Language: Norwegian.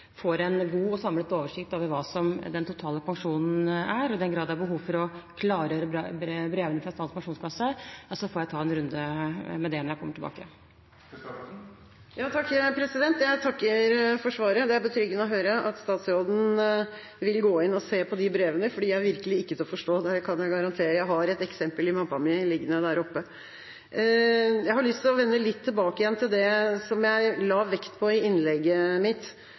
får en god og samlet oversikt over hva den totale pensjonen er. I den grad det er behov for å klargjøre brevene fra Statens pensjonskasse, får jeg ta en runde med det når jeg kommer tilbake. Jeg takker for svaret. Det er betryggende å høre at statsråden vil gå inn og se på de brevene, for de er virkelig ikke til å forstå, det kan jeg garantere. Jeg har et eksempel i mappa mi liggende der oppe. Jeg har lyst til å vende litt tilbake igjen til det som jeg la vekt på i innlegget mitt.